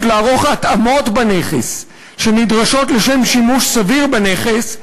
לערוך התאמות בנכס הנדרשות לשם שימוש סביר בנכס,